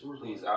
Please